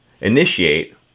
initiate